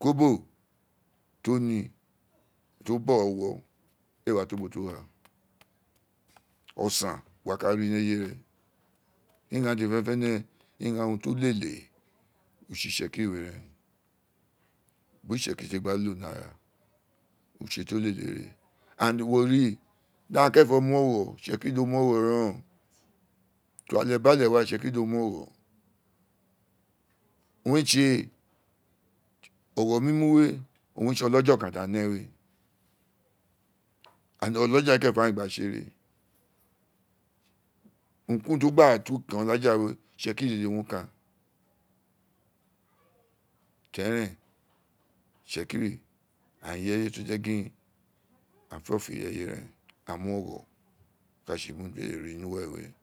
kobo tí o ní tí o bọghọ uwo éè wa to ubo. tí uwo gháà osààn wo wa ka rì ní ẹye we igháàn we dede fé né fénè igháàn urun tí o lèlè utse itsekiri we réèn gbi itsehiri kélé ka iõò ní árà utse tí o lèlè we re di agháàn kérèn fo mu ọghọ itsekírí do mu ọgho̱ réèn óò tu àlè bí àlè wa itsekírì dí o mu o̱ghọ owun re tse ọgho múmú wéè owun re tse ọlàja o̱ kan tí agháàn nẹ wéè o̱làjà kérèn fọ agháàn éè gba tse érè urun kurun tí ó gbáà àrà tunkan ola fà we itsekírí dèdè owun ó ubo tí uwo gháà osààn wo wa ka ri ni ẹye we igháàn we dèdè fénè fénè igháàn urun tí o lèlè utse itsẹkírì we réèn gbi itsekírí kélè ka lóò ní áà utse tí o lèlè we re di agháàn kérèn fo mu ọghọ réèn óò tu alẹ bi àlè wà itsekírì dí o mu ọghọ owun re tse ọgho mú mú wéè owun re tse o̱làjà ọkan tí agháàn nẹ wéè ọlàjà kérèn fọ agháàn éè gba tse érè urun kurun tí ó gbáà àrà fun kan olà jà we itsekírí dédè owun ó kan te ri érèn itsekírí agháàn irẹye tí o je gin agháàn fé ófò ireye rén agháàn mu ọgho̱ ka tse urun tí mo rí ní uwérère we